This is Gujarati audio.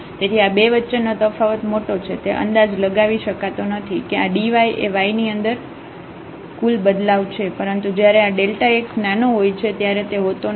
તેથી આ બે વચ્ચે નો તફાવત મોટો છે તે અંદાજ લગાવી શકાતો નથી કે આ dy એ y ની અંદર કુલ બદલાવ છે પરંતુ જયારે આ x નાનો હોય છે ત્યારે તે હોતો નથી